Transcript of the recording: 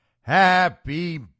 Happy